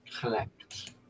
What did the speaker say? Collect